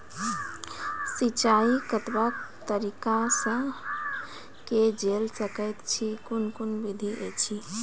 सिंचाई कतवा तरीका सअ के जेल सकैत छी, कून कून विधि ऐछि?